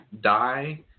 die